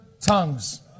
tongues